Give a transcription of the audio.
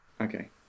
Okay